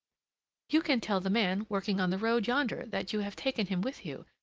you can tell the man working on the road yonder that you have taken him with you,